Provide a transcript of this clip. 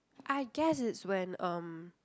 I guess it's when um